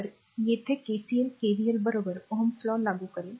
तर येथे KCL KVL बरोबरच Ωs' law लागू करेल